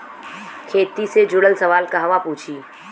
खेती से जुड़ल सवाल कहवा पूछी?